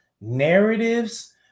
narratives